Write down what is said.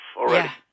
already